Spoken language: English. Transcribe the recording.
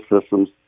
systems